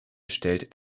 stellt